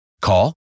Call